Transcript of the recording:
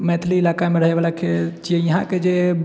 मैथिली इलाकामे रहए वालाके जे इहाके जे